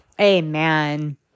amen